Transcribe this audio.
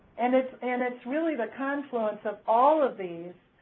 and it's and it's really the confluence of all of these,